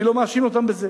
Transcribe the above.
אני לא מאשים אותם בזה.